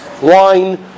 wine